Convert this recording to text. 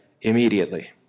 immediately